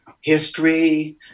history